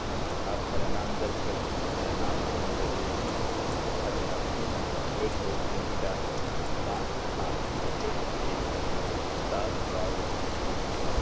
جی آپ میرا نام درج کر سکتے ہیں میرا نام محمد رضی الدین ہے اور میرا فون نمبر ایک دو تین چار پانچ پانچ چھ چھ سات سات نو